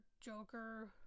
joker